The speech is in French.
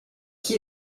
qui